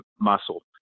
muscle